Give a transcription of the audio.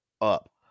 up